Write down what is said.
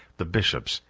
the bishops,